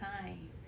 time